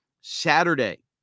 Saturday